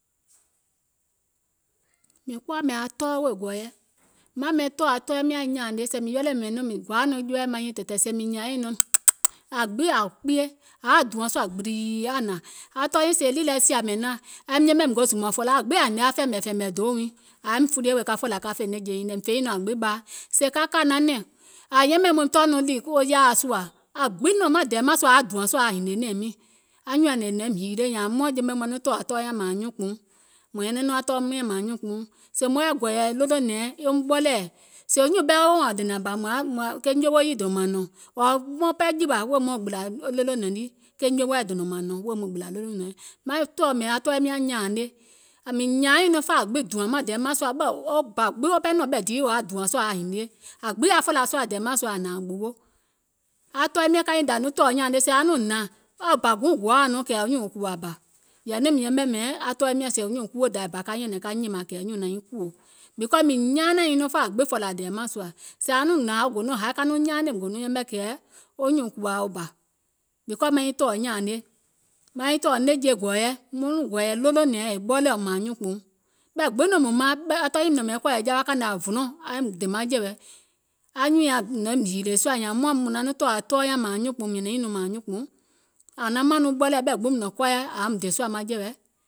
Mìŋ kuwa ɓɛìŋ aŋ tɔɔ wèè gɔ̀ɔ̀yɛ, maŋ mɛ̀iŋ tɔ̀ɔ̀ aŋ tɔɔim nyȧŋ nyȧȧne, mìŋ ready mɛ̀iŋ nɔŋ sèè mìŋ gɔaȧ nɔŋ jɔɔɛ̀ mìŋ nyȧaŋ nyiŋ nɔŋ aŋ gbiŋ ȧŋ kpiye, ȧŋ yaȧ dùȧŋ sùȧ kpìlìì aŋ hnȧŋ, aŋ tɔɔ nyiiŋ sèè nìì lɛ sìȧ mɛ̀iŋ naȧŋ aim yɛmɛ̀ gò zùmò fòla aŋ gbiŋ yaȧ hinie aŋ fɛ̀ɛ̀mɛ̀fɛ̀ɛ̀mɛ̀ door wiiŋ ȧŋ yaȧìm fulie wèè ka fòlȧ ka fè nɛ̀ŋje nyiŋ nɛ̀, mìŋ fè nyiŋ nɔŋ gbiŋ ɓaa, sèè ka kȧ nanɛ̀ŋ, ȧŋ yɛmɛ̀ìm mɔŋ tɔɔ̀ ɗì yaȧa sùȧ, aŋ gbiŋ nɔ̀ŋ maŋ dɛɛ mȧŋ sùȧ ȧŋ yaȧ dùȧŋ sùȧ ȧ yaȧ hìnìè nɛ̀ɛ̀ŋ miìŋ, anyùùŋ nyaŋ ngèè nɔ̀im hiile nyȧȧŋ je moe maŋ nɔŋ tɔ̀ɔ̀ tɔɔ nyȧŋ mȧȧŋ nyuùnkpùuŋ, mùŋ nyɛnɛŋ nɔŋ tɔɔum nyȧŋ mȧȧŋ nyuùnkpùuŋ, sèè maŋ yɛi gɔ̀ɔ̀yɛ̀ ɗolònɛ̀ɛŋ eum ɓɔlɛ̀ɛ̀, sèè nyùùŋ ɓɛɛ woò wȧȧŋ dènȧŋ bȧ ke nyowo yii doum nȧŋ nɔ̀ŋ, maŋ ɓɛɛ jìwȧ wèè maŋ gbìlȧ ɗolònɛ̀ŋ lii ke nyowo yȧùm, nyowoɛ̀ dònȧùm nȧŋ nɔ̀ŋ wèè maŋ gbìlȧ ɗolònɛ̀ŋ lii, maŋ tɔ̀ɔ̀ mɛ̀iŋ tɔɔim nyȧŋ nyȧȧne, mìŋ nyȧaŋ nyiŋ nɔŋ fa gbiŋ dùȧŋ maŋ dɛɛ mȧŋ sùȧ wo bà gbiŋ wo ɓɛɛ nɔ̀ŋ ɓɛ̀ dii wò yaȧ dùȧŋ sùȧ yaȧ hinie, bȧ gbiŋ ɓɛɛ nɔ̀ŋ dɛɛ mȧŋ sùȧ yaȧ fòlȧ sùȧ aŋ hnȧŋ gbuwo, aŋ tɔɔim nyȧŋ sèè ka nyiŋ dai nɔŋ tɔ̀ɔ̀ nyȧȧne aŋ nɔŋ hnȧŋ bȧ guùŋ goȧ nɔŋ kɛ̀ nyùùŋ kùwȧ bȧ, yɛ̀ì nɔŋ yɛmɛ̀ mɛ̀iŋ tɔɔim nyȧŋ sèè nyùùŋ kuwo dai bȧ ka nyìmȧŋ kɛ̀ nyùùŋ naŋ nyiŋ kùwò, because mìŋ nyaanȧŋ nyiŋ nɔŋ fa ȧ gbiŋ fòlȧ dɛɛ mȧŋ sùȧ, sèè aŋ nɔŋ hnȧŋ go nɔŋ haì kɛ̀ wo nyùùŋ kùwȧ wo bà because maŋ nyiŋ tɔ̀ɔ̀ nyȧȧne, maŋ nyiŋ tɔ̀ɔ̀ nɛ̀ŋje gɔ̀ɔ̀yɛ̀, maŋ nɔŋ gɔ̀ɔ̀yɛ̀ ɗolònɛ̀ɛŋ è ɓɔlɛ̀ɛ̀ùm mȧȧŋ nyuùnkpùuŋ, ɓɛ̀ gbiŋ nɔŋ mìŋ maaŋ, tɔɔ nyiiŋ nɔ̀ŋ mɛ̀iŋ kɔ̀ɔ̀yɛ̀ jawa kȧìŋ nɛ aŋ vulɔ̀ŋ aim dèmanjɛ̀wɛ, anyùùŋ nyaŋ nɔ̀im hììlè sùȧ nyȧȧŋ muȧŋ maŋ nɔŋ tɔ̀ɔ̀ tɔɔ nyȧŋ mȧȧŋ nyuùnkpùuŋ mùŋ nyɛ̀nɛ̀ŋ nyiŋ nɔŋ mȧȧŋ nyuùnkpùuŋ, ȧŋ naum naȧŋ nɔŋ ɓɔlɛ̀ɛ̀ ɓɛ̀ gbiŋ mùŋ nɔ̀ŋ kɔɔyɛ ȧŋ yaȧùm dè sùȧ maŋjɛ̀wɛ,